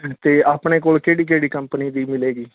ਅਤੇ ਆਪਣੇ ਕੋਲ ਕਿਹੜੀ ਕਿਹੜੀ ਕੰਪਨੀ ਦੀ ਮਿਲੇਗੀ